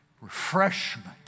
refreshment